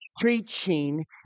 Preaching